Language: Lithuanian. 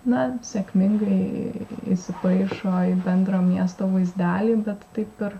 na sėkmingai įsipaišo į bendrą miesto vaizdelį bet taip ir